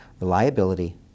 reliability